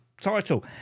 title